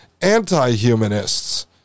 anti-humanists